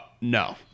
No